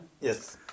Yes